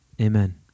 Amen